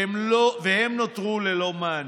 והם נותרו ללא מענה.